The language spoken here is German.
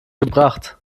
gebracht